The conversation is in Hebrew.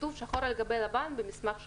כתוב שחור על גבי לבן במסמך שלי.